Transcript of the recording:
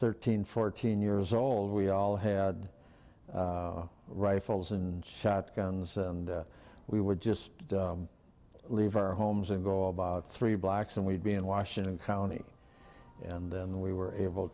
thirteen fourteen years old we all had rifles and shotguns and we would just leave our homes and go about three blocks and we'd be in washington county and then we were able